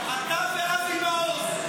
ספק, אתה ואבי מעוז.